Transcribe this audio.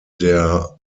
der